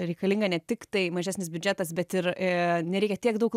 reikalinga ne tiktai mažesnis biudžetas bet ir nereikia tiek daug